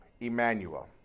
Emmanuel